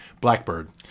Blackbird